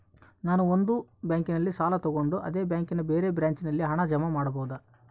ನಾನು ಒಂದು ಬ್ಯಾಂಕಿನಲ್ಲಿ ಸಾಲ ತಗೊಂಡು ಅದೇ ಬ್ಯಾಂಕಿನ ಬೇರೆ ಬ್ರಾಂಚಿನಲ್ಲಿ ಹಣ ಜಮಾ ಮಾಡಬೋದ?